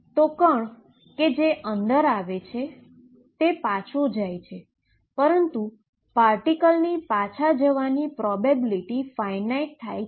તો કણ કે જે અંદર આવે છે તે પાછો જાય છે પરંતુ પાર્ટીકલની પાછા જવાની પ્રોબેબીલીટી ફાઈનાઈટ થાય છે